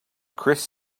chris